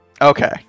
Okay